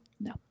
No